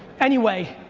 anyway,